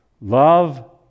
Love